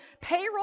payroll